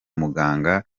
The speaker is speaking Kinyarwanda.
muganga